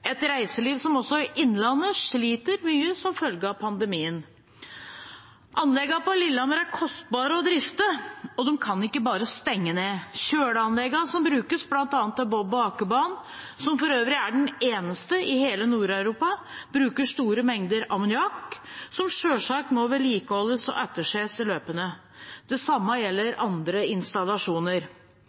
et reiseliv som også i Innlandet sliter mye som følge av pandemien. Anleggene på Lillehammer er kostbare å drifte, og de kan ikke bare stenge ned. Kjøleanleggene som brukes til bl.a. bob- og akebanen, som for øvrig er den eneste i hele Nord-Europa, bruker store mengder ammoniakk og må selvsagt vedlikeholdes og etterses løpende. Det samme gjelder andre installasjoner.